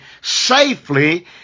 safely